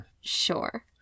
Sure